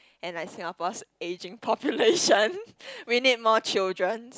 and like Singapore's ageing population we need more children